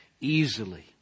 easily